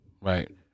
Right